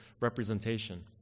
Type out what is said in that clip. representation